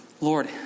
Lord